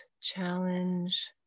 challenge